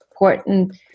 important